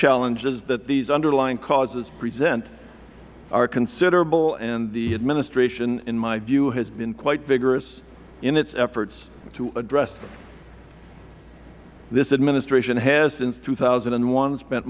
challenges that these underlying causes present are considerable and the administration in my view has been quite vigorous in its efforts to address them this administration has since two thousand and one spent